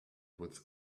with